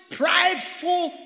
prideful